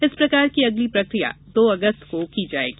इस प्रकार की अगली प्रक्रिया दो अगस्त को की जाएगी